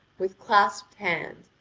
with clasped hand,